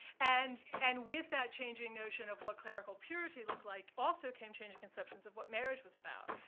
and and with that changing notion of what clerical purity looked like also came changing conceptions of what marriage was about.